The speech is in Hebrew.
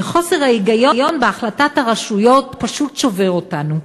וחוסר ההיגיון בהחלטת הרשויות פשוט שובר אותנו.